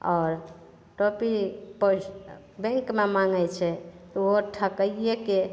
आओर O T P कोइ बैंकमे माङ्गै छै ओहो ठकैयेके